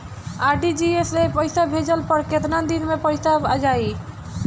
RTGS से पईसा भेजला पर केतना दिन मे पईसा जाई?